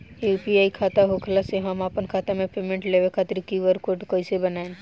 UPI खाता होखला मे हम आपन खाता मे पेमेंट लेवे खातिर क्यू.आर कोड कइसे बनाएम?